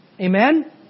Amen